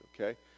Okay